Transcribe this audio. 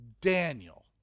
Daniel